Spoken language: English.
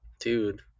Dude